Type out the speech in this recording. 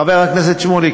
חבר הכנסת שמולי,